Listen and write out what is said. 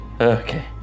Okay